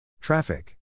Traffic